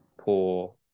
poor